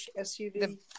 SUV